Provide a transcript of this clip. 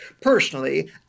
Personally